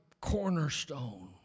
cornerstone